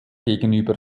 gegenüber